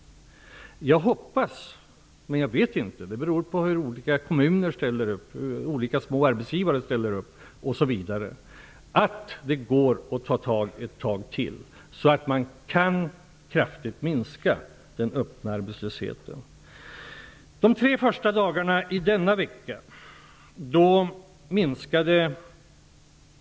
Jag hoppas att det en tid till går att ta i så att man kraftigt kan minska den öppna arbetslösheten, men jag vet inte.